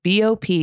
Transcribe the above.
BOP